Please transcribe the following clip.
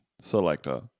selector